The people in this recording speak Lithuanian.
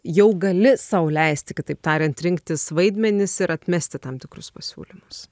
jau gali sau leisti kitaip tariant rinktis vaidmenis ir atmesti tam tikrus pasiūlymus